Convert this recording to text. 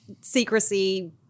secrecy